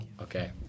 Okay